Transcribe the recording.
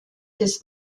des